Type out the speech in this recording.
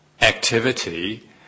Activity